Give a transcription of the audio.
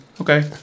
Okay